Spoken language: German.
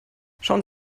schauen